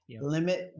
Limit